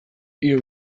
hiru